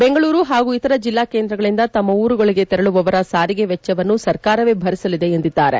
ಬೆಂಗಳೂರು ಹಾಗೂ ಇತರ ಜಿಲ್ಲಾ ಕೇಂದ್ರಗಳಿಂದ ತಮ್ಮ ಉರುಗಳಿಗೆ ತೆರಳುವವರ ಸಾರಿಗೆ ವೆಚ್ಚವನ್ನು ಸರ್ಕಾರವೆ ಭರಿಸಲಿದೆ ಎಂದಿದ್ದಾರೆ